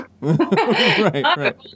right